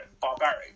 barbaric